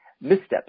missteps